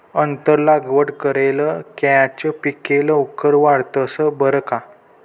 आंतर लागवड करेल कॅच पिके लवकर वाढतंस बरं का